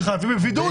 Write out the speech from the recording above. שחייבים בבידוד,